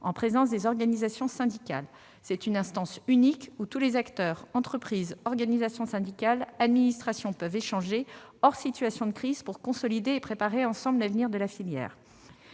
en présence des organisations syndicales. C'est une instance unique, où tous les acteurs, entreprises, organisations syndicales et administrations peuvent échanger hors situation de crise pour consolider et préparer ensemble l'avenir de la filière.